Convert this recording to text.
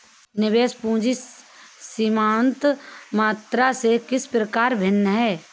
निवेश पूंजी सीमांत क्षमता से किस प्रकार भिन्न है?